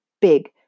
big